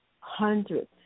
hundreds